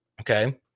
Okay